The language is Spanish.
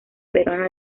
peruano